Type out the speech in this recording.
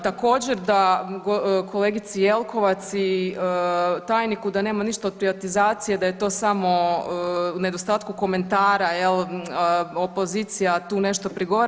Također da kolegici Jelkovac i tajniku da nema ništa od privatizacije da je to samo u nedostatku komentara jel, opozicija tu nešto prigovara.